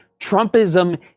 Trumpism